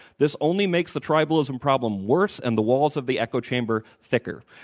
this only makes the tribalism problem worse and the walls of the echo chamber thicker.